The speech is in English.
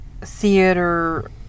theater